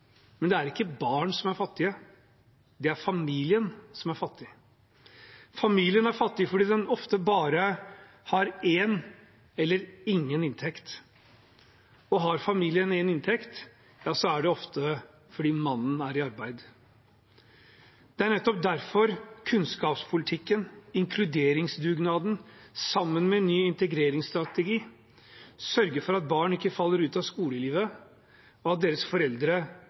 men det er ikke barna som er fattige, det er familien som er fattig. Familien er fattig fordi den ofte bare har én eller ingen inntekt, og har familien én inntekt, er det ofte fordi mannen er i arbeid. Det er nettopp derfor kunnskapspolitikken, inkluderingsdugnaden, sammen med ny integreringsstrategi sørger for at barn ikke faller ut av skolen, og at deres foreldre